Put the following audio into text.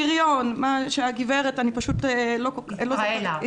פריון בעבודה, כפי שאמרה ישראלה.